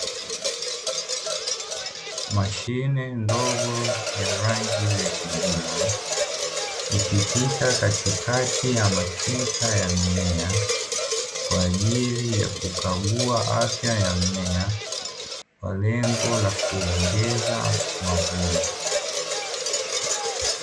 Mashine ndogo ya rangi ya kijivu ikipita katikati ya matuta ya mimea, kwa ajili ya kukagua afya ya mmea kwa lengo la kuongeza mavuno.